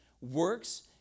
works